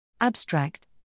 Abstract